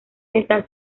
esta